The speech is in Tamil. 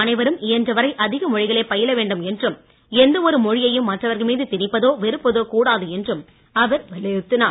அனைவரும் இயன்ற வரை அதிக மொழிகளை பயில வேண்டும் என்றும் எந்த ஒரு மொழியையும் மற்றவர்கள் மீது திணிப்பதோ வெறுப்பதோ கூடாது என்றும் அவர் வலியுறுத்தினார்